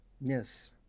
Yes